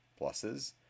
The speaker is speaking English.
Pluses